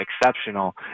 exceptional